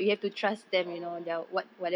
oh